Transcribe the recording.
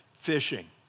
fishing